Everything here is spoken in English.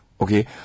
Okay